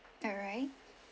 alright